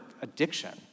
addiction